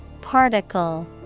Particle